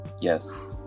Yes